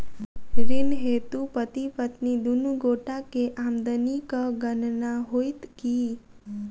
ऋण हेतु पति पत्नी दुनू गोटा केँ आमदनीक गणना होइत की?